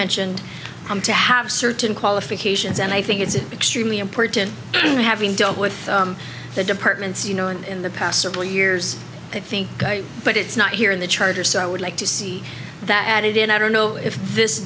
mentioned to have certain qualifications and i think it's an extremely important thing having dealt with the departments you know and in the past several years i think but it's not here in the charter so i would like to see that added in i don't know if this